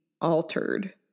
altered